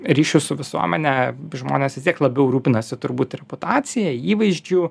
ryšių su visuomene žmonės vis tiek labiau rūpinasi turbūt reputacija įvaizdžiu